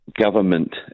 government